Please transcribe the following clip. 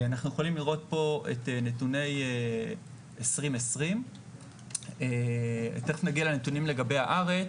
אנחנו יכולים לראות פה את נתוני 20/20. נגיע לנתונים לגבי הארץ.